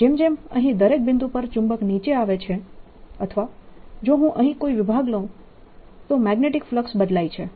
જેમ જેમ અહીં દરેક બિંદુ પર ચુંબક નીચે આવે છે અથવા જો હું અહીં કોઈ વિભાગ લઉં તો મેગ્નેટીક ફ્લક્સ બદલાય છે